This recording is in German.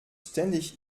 ständig